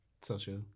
social